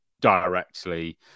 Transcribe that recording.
directly